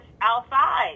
outside